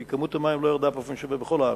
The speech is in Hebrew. כי כמות המים לא ירדה באופן שווה בכל הארץ,